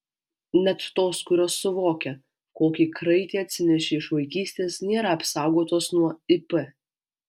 net tos kurios suvokia kokį kraitį atsinešė iš vaikystės nėra apsaugotos nuo ip